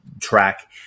track